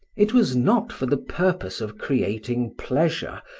it was not for the purpose of creating pleasure,